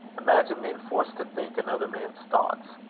imagine being forced to think another man's thoughts!